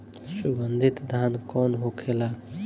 सुगन्धित धान कौन होखेला?